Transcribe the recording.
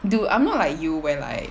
dude I'm not like you where like